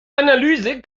analyse